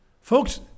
Folks